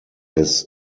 his